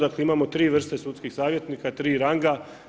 Dakle, imamo tri vrste sudskih savjetnika, tri ranga.